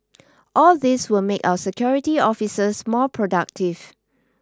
all these will make our security officers more productive